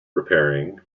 repairing